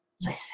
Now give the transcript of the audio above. listen